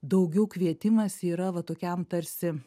daugiau kvietimas yra va tokiam tarsi